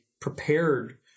prepared